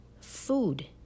food